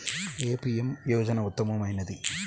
ఏ P M యోజన ఉత్తమమైనది?